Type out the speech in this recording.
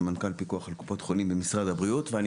סמנכ"ל פיקוח על קופות חולים במשרד הבריאות.